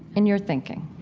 in your thinking